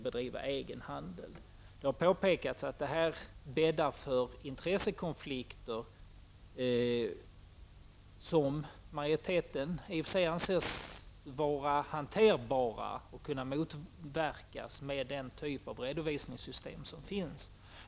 Det har påpekats att detta bäddar för intressekonflikter, som majoriteten i och för sig anser vara hanterbara och kunna motverkas med den typ av redovsningssystem som finns.